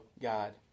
God